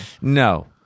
no